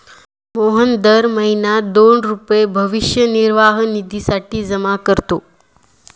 मोहन दर महीना दोन हजार रुपये भविष्य निर्वाह निधीसाठी जमा करतो